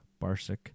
Barsic